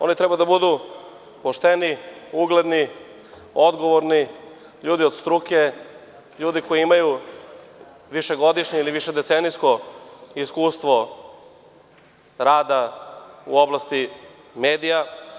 Oni treba da budu pošteni, ugledni, odgovorni, ljudi od struke, ljudi koji imaju višegodišnje ili višedecenijsko iskustvo rada u oblasti medija.